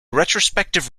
retrospective